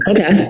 Okay